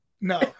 no